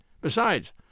Besides